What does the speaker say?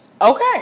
Okay